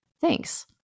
Thanks